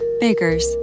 Bakers